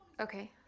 okay